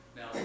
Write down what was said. Now